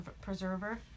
preserver